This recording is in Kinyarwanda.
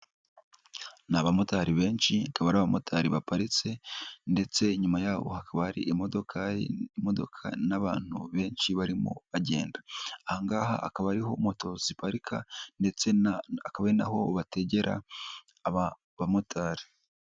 Ni abamotari benshi, akaba ari abamotari baparitse ndetse inyuma yaho hakaba hari imodoka, imodoka n'abantu benshi barimo bagenda, aha ngaha akaba ari ho moto ziparika ndetse akaba ari na ho bategera, aba bamotari.